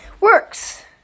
works